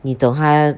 你懂他